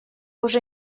уже